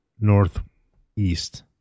northeast